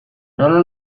nola